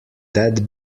that